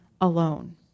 alone